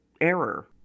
error